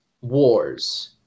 wars